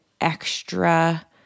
extra